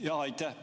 Jah, aitäh!